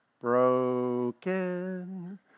broken